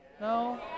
No